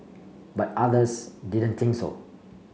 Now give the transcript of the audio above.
but others didn't think so